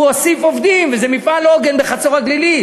הוא הוסיף עובדים וזה מפעל עוגן בחצור-הגלילית.